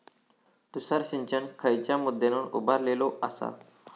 तुषार सिंचन खयच्या मुद्द्यांवर उभारलेलो आसा?